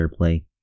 airplay